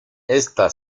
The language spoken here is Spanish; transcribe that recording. esta